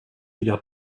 wieder